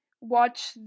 Watch